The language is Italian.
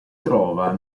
trova